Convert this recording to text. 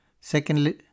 secondly